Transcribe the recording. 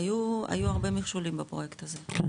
היו הרבה מכשולים בפרויקט הזה.